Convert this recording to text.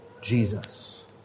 Jesus